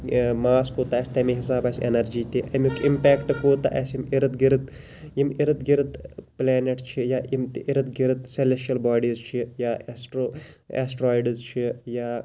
ماس کوتاہ آسہِ تمے حِسابہٕ آسہِ ایٚنَرجی تہِ امیُک اِمپیٚکٹ کوتاہ آسہِ یِم اِرد گِرد یِم اِرد گِرد پلینٹ چھِ یا یِم تہِ اِرد گِرد سیٚلشل باڈیٖز چھِ یا ایٚسٹرو ایٚسٹرایڈس چھِ یا